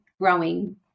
growing